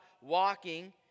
walking